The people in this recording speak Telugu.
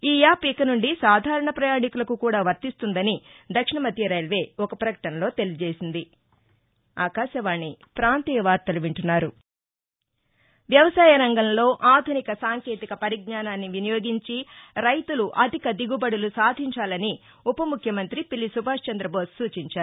ఈ యాప్ ఇకనుండి సాధారణ ప్రపయాణీకులకు కూడా వర్తిస్తుందని దక్షిణమధ్యరైల్వే ఒక ప్రకటనలో తెలియజేసింది వ్యవసాయరంగంలో ఆధునిక సాంకేతిక పరిజ్ఞానాన్ని వినియోగించి రైతులు అధిక దిగుబడులు సాధించాలని ఉపముఖ్యమంత్రి పిల్లి సుభాష్చంద్రబోస్ సూచించారు